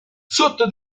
sotto